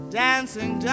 dancing